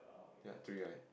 got three right